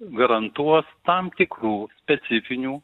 garantuos tam tikrų specifinių